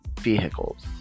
vehicles